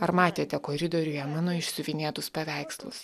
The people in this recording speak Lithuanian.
ar matėte koridoriuje mano išsiuvinėtus paveikslus